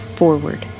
forward